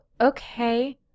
Okay